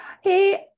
Hey